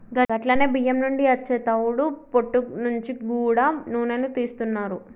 గట్లనే బియ్యం నుండి అచ్చే తవుడు పొట్టు నుంచి గూడా నూనెను తీస్తున్నారు